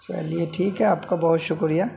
چلیے ٹھیک ہے آپ کا بہت شکریہ